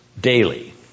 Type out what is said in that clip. daily